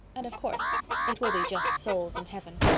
and of course it will be just souls in heaven.